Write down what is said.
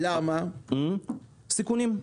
סיכונים.